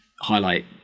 highlight